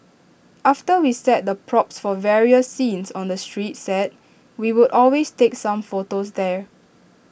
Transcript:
after we set the props for various scenes on the street set we would always take some photos there